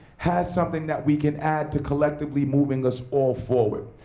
has something that we can add to collectively moving us all forward.